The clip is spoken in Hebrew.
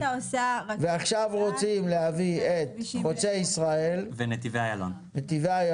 ועכשיו רוצים להביא את חוצה ישראל ונתיבי איילון.